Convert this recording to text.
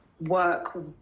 work